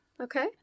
Okay